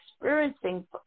experiencing